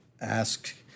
ask